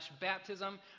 baptism